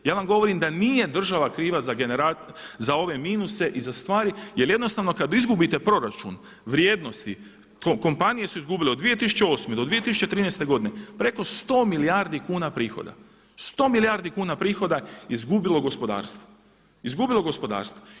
Ja vam govorim da nije država kriva za ove minuse i za stvari jer jednostavno kada izgubite proračun, vrijednosti, kompanije su izgubile od 2008. do 2013. godine preko 100 milijardi kuna prihoda, 100 milijardi kuna prihoda izgubilo je gospodarstvo, izgubilo je gospodarstvo.